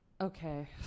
okay